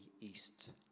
east